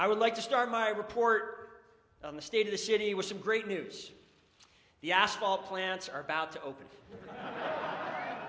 i would like to start my report on the state of the city with some great news the asphalt plants are about to open